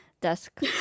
desk